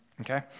Okay